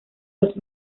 los